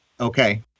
Okay